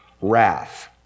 wrath